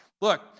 Look